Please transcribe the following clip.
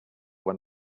when